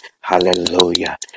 Hallelujah